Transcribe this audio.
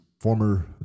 former